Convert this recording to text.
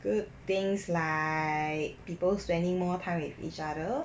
good things like people spending more time with each other